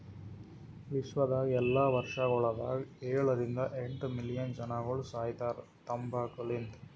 ವಿಶ್ವದಾಗ್ ಎಲ್ಲಾ ವರ್ಷಗೊಳದಾಗ ಏಳ ರಿಂದ ಎಂಟ್ ಮಿಲಿಯನ್ ಜನಗೊಳ್ ಸಾಯಿತಾರ್ ತಂಬಾಕು ಲಿಂತ್